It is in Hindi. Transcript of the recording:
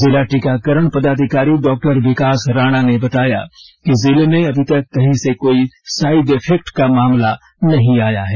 जिला टीकाकरण पदाधिकारी डॉ विकास राणा ने बताया कि जिले में अभी तक कहीं से कोई साइड इफेक्ट का मामला नहीं आया है